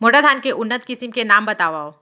मोटा धान के उन्नत किसिम के नाम बतावव?